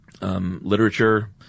Literature